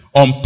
on